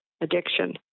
addiction